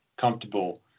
comfortable